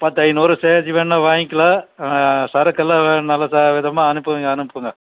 பத்து ஐந்நூறு சேர்த்து வேணுனால் வாங்கிக்கலாம் சரக்கெல்லாம் நல்ல அனுப்புங்கள் அனுப்புங்கள்